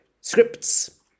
scripts